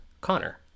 Connor